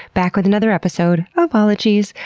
back with another episode of ologies.